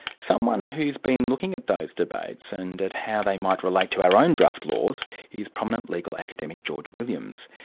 someone who's been looking at those debates and at how they might relate to our own draft laws is prominent legal academic, george williams.